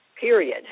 period